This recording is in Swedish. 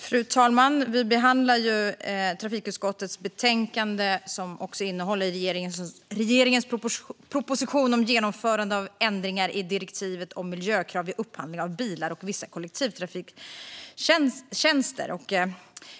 Fru talman! Vi behandlar trafikutskottets betänkande, som också innehåller regeringens proposition om genomförande av ändringar i direktivet om miljökrav vid upphandling av bilar och vissa kollektivtrafiktjänster.